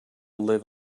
live